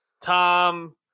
Tom